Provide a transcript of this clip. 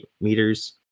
meters